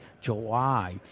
July